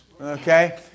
Okay